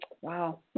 Wow